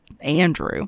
Andrew